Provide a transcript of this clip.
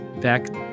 back